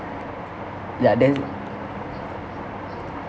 ya that's